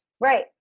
Right